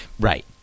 right